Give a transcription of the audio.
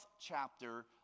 chapter